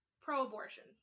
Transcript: pro-abortion